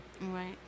Right